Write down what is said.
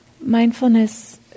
mindfulness